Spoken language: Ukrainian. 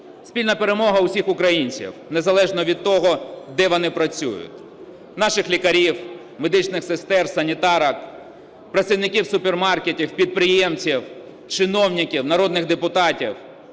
Спільна перемога усіх українців, незалежно від того, де вони працюють: наших лікарів, медичних сестер, санітарок, працівників супермаркетів, підприємців, чиновників, народних депутатів